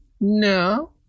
no